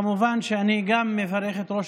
רשימת האיחוד הערבי): כמובן שגם אני מברך את ראש